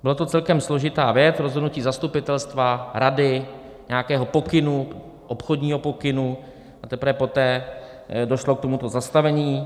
Byla to celkem složitá věc, rozhodnutí zastupitelstva, rady, nějakého pokynu, obchodního pokynu, a teprve poté došlo k tomuto zastavení.